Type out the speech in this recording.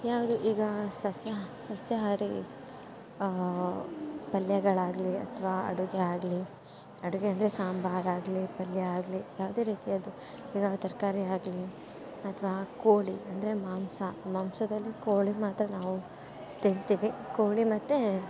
ಯಾವುದು ಈಗ ಸಸ್ಯ ಸಸ್ಯಹಾರಿ ಪಲ್ಯಗಳಾಗಲಿ ಅಥವಾ ಅಡುಗೆ ಆಗಲಿ ಅಡುಗೆ ಅಂದರೆ ಸಾಂಬಾರಾಗಲಿ ಪಲ್ಯ ಆಗಲಿ ಯಾವುದೇ ರೀತಿಯದ್ದು ಈಗ ತರಕಾರಿಯಾಗ್ಲಿ ಅಥವಾ ಕೋಳಿ ಅಂದರೆ ಮಾಂಸ ಮಾಂಸದಲ್ಲಿ ಕೋಳಿ ಮಾತ್ರ ನಾವು ತಿಂತೀವಿ ಕೋಳಿ ಮತ್ತು